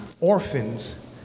orphans